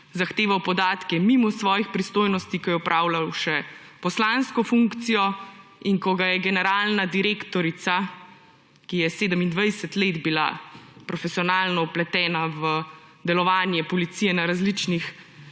zahteval podatke mimo svojih pristojnosti, ko je opravljal še poslansko funkcijo; in ko ga je generalna direktorica, ki je 27 let bila profesionalno vpletena v delovanje policije na različnih